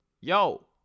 yo